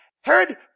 Herod